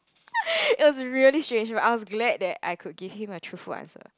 it was really strange but I was glad that I could give him a truthful answer